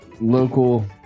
local